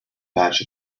batch